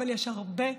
אבל יש הרבה תקווה.